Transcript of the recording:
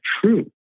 true